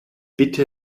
bitte